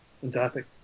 Fantastic